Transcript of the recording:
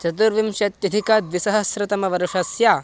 चतुर्विंशत्यधिकद्विसहस्रतमवर्षस्य